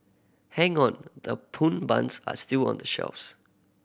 hang on the pun buns are still on the shelves